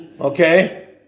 Okay